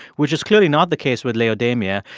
which is clearly not the case with laodamia.